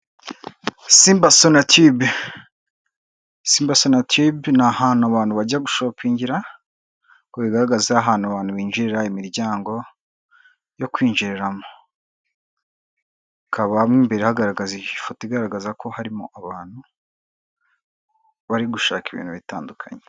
SIMBA Sonatube, SIMBA Sonatube ni ahantu abantu bajya gushopingira uko bigaragaza ahantu binjirira imiryango yo kwinjiriramo, hakaba mo imbere ifoto igaragaza ko harimo abantu bari gushaka ibintu bitandukanye.